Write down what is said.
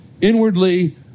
Inwardly